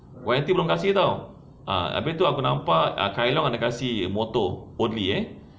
Y&T belum kasih [tau] ah abeh tu aku nampak ah kai long ada kasih motor oddly eh